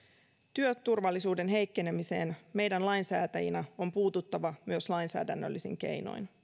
työturvallisuuden heikkenemiseen meidän on lainsäätäjinä puututtava myös lainsäädännöllisin keinoin ensihoitotyötä